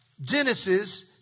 Genesis